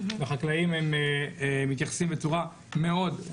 החקלאים מתייחסים בצורה מאוד טובה,